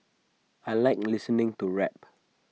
I Like listening to rap